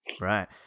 Right